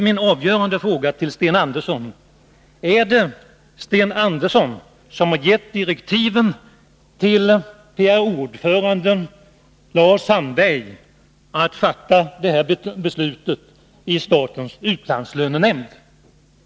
Min avgörande fråga till Sten Andersson lyder: Är det Sten Andersson som har gett direktiven till PRO-ordföranden Lars Sandberg att fatta det här 173 beslutet i statens utlandslönenämnd?